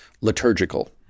liturgical